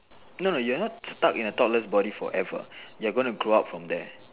no no you are not stuck in a toddler body forever you are going to grow up from there